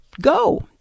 go